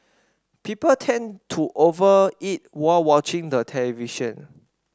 people tend to over eat while watching the television